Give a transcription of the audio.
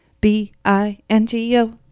B-I-N-G-O